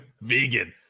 Vegan